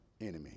enemy